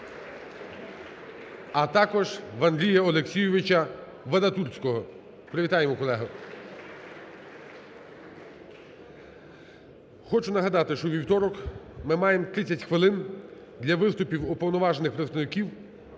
А також в Андрія Олексійовича Вадатурського. Привітаємо колегу. (Оплески) Хочу нагадати, що у вівторок ми маємо 30 хвилини для виступів уповноважених представників